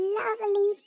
lovely